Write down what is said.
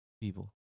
people